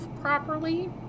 properly